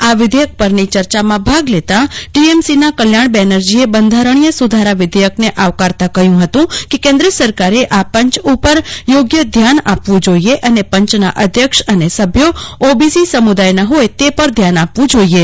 આ વિધેયક પરની ચર્ચામાં ભાગ લેતાં ટીએમસીના કલ્યાણ બેનરજીએ બંધારણીય સુધારા વિધેયકને આવકારતાં કહ્યું હતું કે કેન્દ્ર સરકારે આ પંચ ઉપર યોગ્ય ધ્યાન આપવું જોઇએ અને પંચના અધ્યક્ષ અને સભ્યો ઓબીસી સમુદાયના હોય તે ઉપર ધ્યાન આપવું જોઇએ